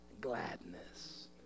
gladness